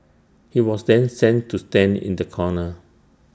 he was then sent to stand in the corner